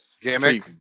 Gimmick